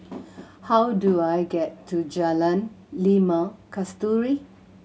how do I get to Jalan Limau Kasturi